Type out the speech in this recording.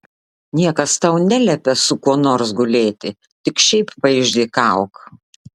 niekas tau neliepia su kuo nors gulėti tik šiaip paišdykauk